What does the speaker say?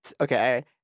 Okay